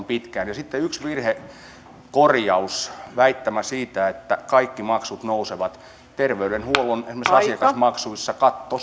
pitkään sitten yksi virhekorjaus koskien väittämää siitä että kaikki maksut nousevat esimerkiksi terveydenhuollon asiakasmaksuissa katto